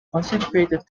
concentrated